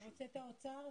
אתה רוצה את האוצר?